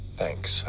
thanks